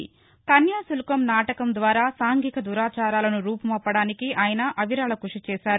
కన్యాశుల్కం నాటకం ద్వారా సాంఘిక దురాచారాలను రూపుమాపడానికి ఆయన అవిరళ క్బషి చేశారు